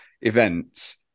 events